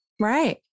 Right